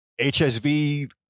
HSV